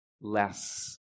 less